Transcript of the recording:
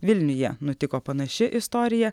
vilniuje nutiko panaši istorija